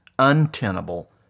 untenable